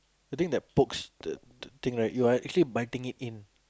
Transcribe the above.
the thing that pokes the the thing right you are actually biting it in